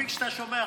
מספיק שאתה שומע.